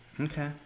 Okay